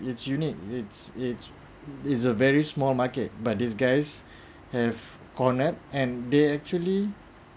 it's unique it's it's it's a very small market but these guys have cornet and they actually